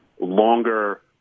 longer